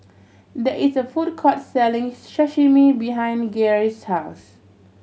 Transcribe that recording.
there is a food court selling Sashimi behind Garey's house